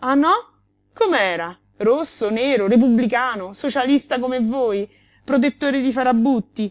ah no com'era rosso nero repubblicano socialista come voi protettore di farabutti